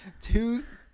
Tooth